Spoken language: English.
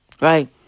Right